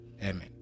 amen